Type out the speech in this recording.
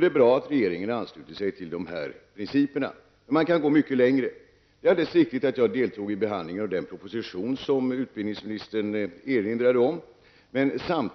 Det är bra att regeringen ansluter sig till de principerna. Man kan gå mycket längre. Det är alldeles riktigt att jag deltog i behandlingen av den proposition som utbildningsministern erinrade om i svaret.